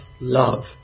love